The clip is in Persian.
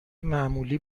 معمولی